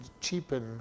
cheapen